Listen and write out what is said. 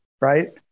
right